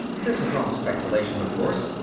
this is all speculation, of course,